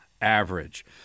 average